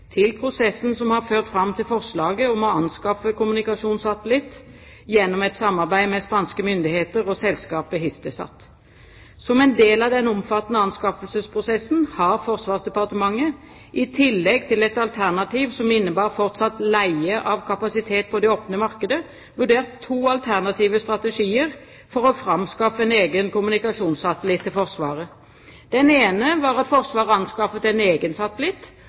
til prosessen som har ført fram til forslaget om å anskaffe kommunikasjonssatellitt gjennom et samarbeid med spanske myndigheter og selskapet Hisdesat. Som en del av den omfattende anskaffelsesprosessen har Forsvarsdepartementet, i tillegg til et alternativ som innebar fortsatt leie av kapasitet på det åpne markedet, vurdert to alternative strategier for å framskaffe en egen kommunikasjonssatellitt til Forsvaret. Den ene var at Forsvaret anskaffet en